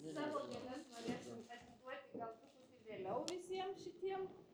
savo gėles norėsim atiduoti galbūt truputį vėliau visiem šitiem